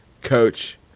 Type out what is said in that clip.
Coach